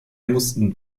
mussten